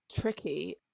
tricky